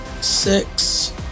six